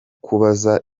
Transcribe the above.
kubaza